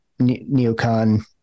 neocon